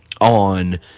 on